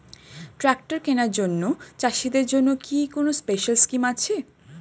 Tractor কেনার জন্য চাষিদের জন্য কি কোনো স্পেশাল স্কিম আছে?